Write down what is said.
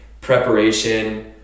preparation